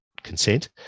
consent